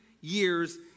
years